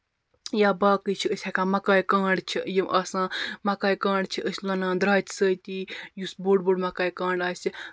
یا باقٕے چھِ أسۍ ہیٚکان مَکایہِ کانٛڈ چھِ یِم آسان مَکایہِ کانٛڈ چھِ أسۍ لونان درٛاتہِ سۭتی یُس بوٚڈ بوٚڈ مَکایہِ کانٛڈ آسہِ